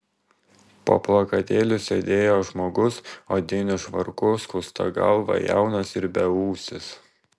po plakatėliu sėdėjo žmogus odiniu švarku skusta galva jaunas ir beūsis